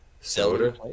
soda